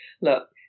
look